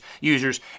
users